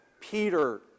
Peter